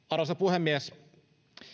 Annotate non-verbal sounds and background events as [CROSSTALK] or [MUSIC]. [UNINTELLIGIBLE] arvoisa puhemies